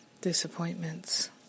disappointments